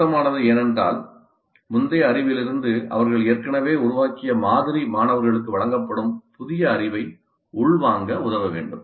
பொருத்தமானது ஏனென்றால் முந்தைய அறிவிலிருந்து அவர்கள் ஏற்கனவே உருவாக்கிய மாதிரி மாணவர்களுக்கு வழங்கப்படும் புதிய அறிவை உள்வாங்க உதவ வேண்டும்